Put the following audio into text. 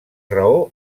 raó